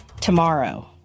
tomorrow